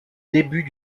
début